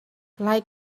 like